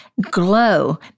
glow